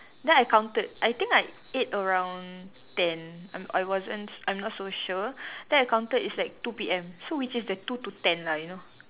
ya I counted I think I ate around ten I'm I wasn't I'm not so sure then I counted it's like two P_M so which is the two to ten lah you know